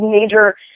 major